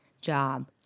job